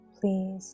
Please